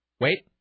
Wait